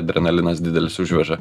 adrenalinas didelis užveža